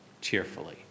cheerfully